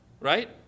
right